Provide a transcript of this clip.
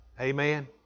Amen